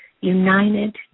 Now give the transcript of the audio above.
united